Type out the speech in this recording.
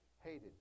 hated